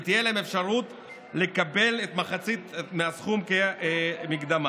ותהיה להן האפשרות לקבל את מחצית הסכום כמקדמה.